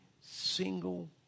single